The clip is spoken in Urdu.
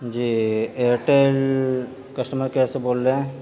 جی ایئرٹیل کسٹمر کیئر سے بول رہے ہیں